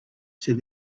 said